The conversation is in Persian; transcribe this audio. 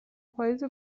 پاییز